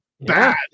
bad